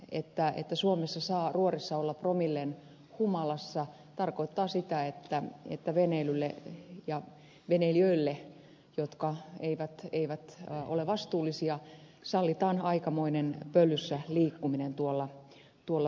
tosiasia että suomessa saa ruorissa olla promillen humalassa tarkoittaa sitä että veneilijöille jotka eivät ole vastuullisia sallitaan aikamoinen pöllyssä liikkuminen tuolla vesillä